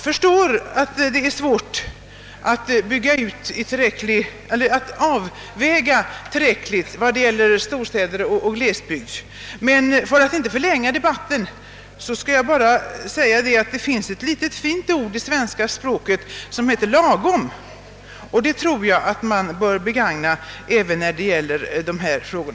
För att inte förlänga debatten vill jag sluta med att säga att jag förstår svårigheterna att rätt avväga postverkets service i storstad och glesbygd, men vi har ju i vårt språk det lilla fina ordet lagom; det tycker jag man bör använda även när det gäller dessa frågor.